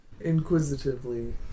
Inquisitively